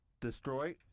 destroy